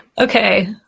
Okay